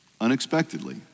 unexpectedly